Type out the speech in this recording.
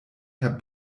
herr